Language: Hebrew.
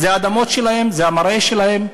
אלה האדמות שלהם, זה המרעה שלהם.